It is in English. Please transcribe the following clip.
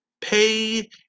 pay